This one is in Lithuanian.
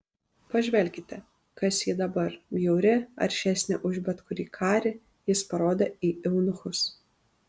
pažvelkite kas ji dabar bjauri aršesnė už bet kurį karį jis parodė į eunuchus